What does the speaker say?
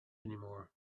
anymore